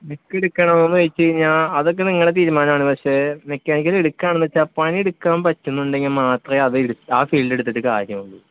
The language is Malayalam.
മെക്കെടുക്കണമോന്ന് ചോദിച്ച് കഴിഞ്ഞാൽ അതൊക്കെ നിങ്ങളുടെ തീരുമാനാണ് പക്ഷേ മെക്കാനിക്കൽ എടുക്കാണമെന്ന് വെച്ചാൽ പണി എടുക്കാം പറ്റുന്നുണ്ടെങ്കിൽ മാത്രമേ അതെടുക്കാൻ ആ ഫീൽഡെടുത്തിട്ട് കാര്യം ഉള്ളു